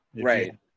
Right